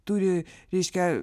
turi reiškia